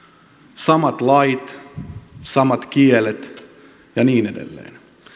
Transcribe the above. samat lait samat kielet ja niin edelleen